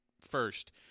first